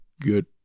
good